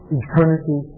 eternity